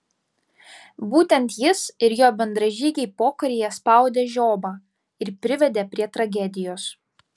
būtent jis ir jo bendražygiai pokaryje spaudė žiobą ir privedė prie tragedijos